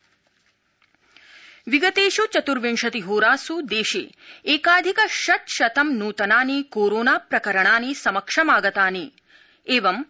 corona विगतेष् चत्र्विशति होरास् देशे एकाधिक षट्शतं नूतनानि कोरोना प्रकरणानि समक्षमागतानि एवं